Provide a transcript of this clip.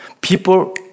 people